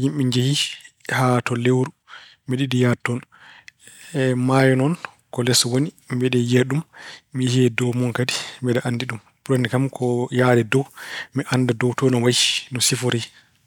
yimɓe njeyi haa to lewru, mbeɗa yiɗi yahde toon. Maayo noon ko les woni, mbeɗa yiya ɗum. Mi yehii e dow mun kadi, mbeɗa anndi ɗum. Ɓurani kam ko yahde dow. Mi annda dow too no wayi, no sifori